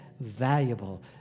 valuable